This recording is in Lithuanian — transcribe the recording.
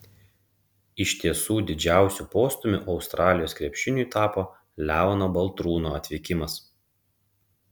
iš tiesų didžiausiu postūmiu australijos krepšiniui tapo leono baltrūno atvykimas